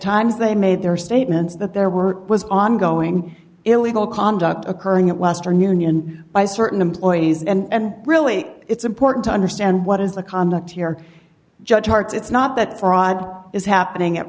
times they made their statements that there were was ongoing illegal conduct occurring at western union by certain employees and really it's important to understand what is the conduct here judge harts it's not that fraud is happening at